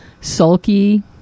sulky